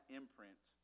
imprint